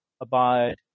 abide